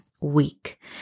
Week